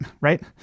right